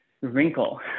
wrinkle